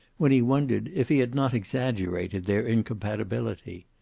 when he wondered if he had not exaggerated their incompatibility.